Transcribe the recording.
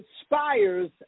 inspires